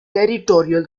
territorial